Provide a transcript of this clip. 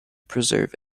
preserve